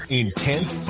intense